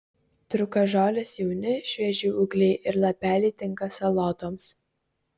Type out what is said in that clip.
trūkažolės jauni švieži ūgliai ir lapeliai tinka salotoms